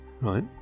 Right